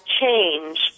change